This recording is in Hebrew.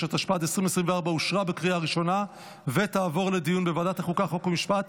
אנחנו מצביעים בהצבעה הראשונה על ההצעה הממשלתית,